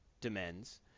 demands